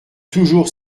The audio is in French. toujours